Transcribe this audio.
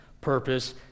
purpose